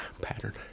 pattern